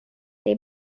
they